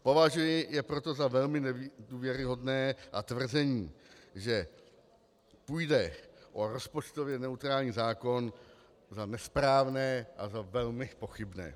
Považuji je proto za velmi nedůvěryhodné a tvrzení, že půjde o rozpočtově neutrální zákon za nesprávné a za velmi pochybné.